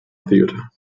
theatre